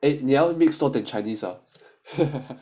eh chinese ah